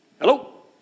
Hello